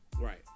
right